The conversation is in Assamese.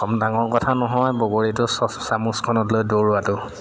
কম ডাঙৰ কথা নহয় বগৰীটো চ চামুচখনত লৈ দৌৰাটো